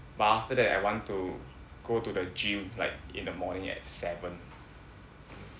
but after that I want to go to the gym like in the morning at seven